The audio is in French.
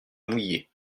mouillé